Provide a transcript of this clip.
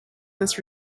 this